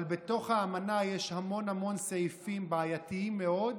אבל בתוך האמנה יש המון המון סעיפים בעייתיים מאוד,